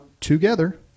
together